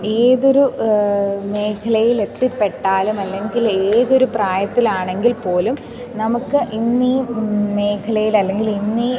ഏതൊരു മേഖലയിൽ എത്തിപ്പെട്ടാലും അല്ലെങ്കിൽ ഏതൊരു പ്രായത്തിലാണെങ്കിൽപ്പോലും നമുക്ക് ഇന്ന് ഈ മേഖലയിൽ ആല്ലെങ്കിൽ ഇന്ന് ഈ